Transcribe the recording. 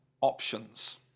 options